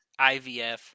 IVF